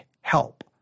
help